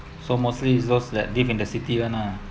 so mostly it's those that live in the city [one] lah